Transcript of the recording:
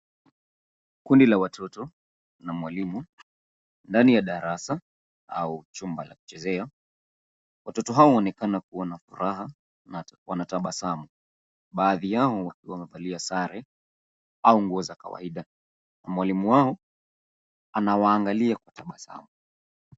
Kundi la watoto na mwalimu, ndani ya darasa au chumba cha kuchezea. Watoto hao wanaonekana kuwa na furaha na wanatabasamu, baadhi yao wakiwa wamevalia sare au nguo za kawaida. Mwalimu wao anawaangalia kwa tabasamu.